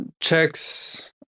checks